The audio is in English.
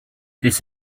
this